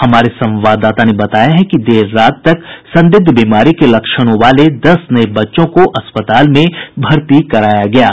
हमारे संवाददाता ने बताया है कि देर रात तक संदिग्ध बीमारी के लक्षणों वाले दस नये बच्चों को भर्ती कराया गया है